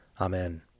Amen